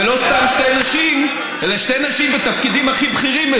ולא סתם שתי נשים אלא שתי נשים בתפקידים הכי בכירים,